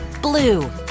blue